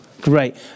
Great